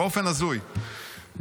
באופן הזוי,